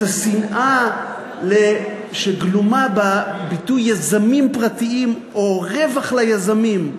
את השנאה שגלומה בביטוי "יזמים פרטיים" או "רווח ליזמים".